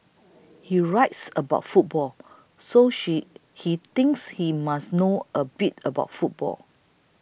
he writes about football so she he thinks he must know a bit about football